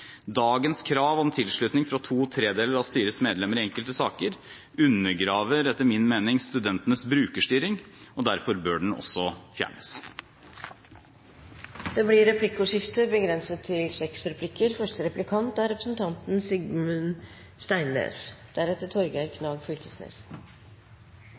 Dagens krav om tilslutning fra to tredeler av styrets medlemmer i enkelte saker undergraver etter min mening studentenes brukerstyring, og derfor bør den også fjernes. Det blir replikkordskifte. Som jeg sa i innlegget mitt, er